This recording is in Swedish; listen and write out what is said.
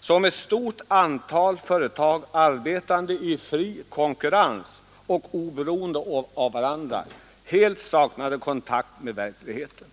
som ett stort antal företag arbetande i fri konkurrens och oberoende av varandra helt saknade kontakt med verkligheten.